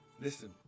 listen